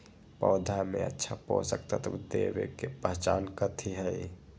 पौधा में अच्छा पोषक तत्व देवे के पहचान कथी हई?